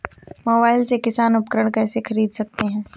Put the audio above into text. Mobile से किसान उपकरण कैसे ख़रीद सकते है?